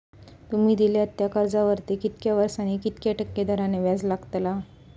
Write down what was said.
तुमि दिल्यात त्या कर्जावरती कितक्या वर्सानी कितक्या टक्के दराने व्याज लागतला?